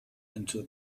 into